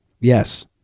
Yes